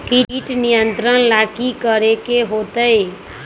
किट नियंत्रण ला कि करे के होतइ?